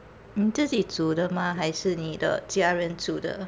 你自己煮的吗还是你的家人煮的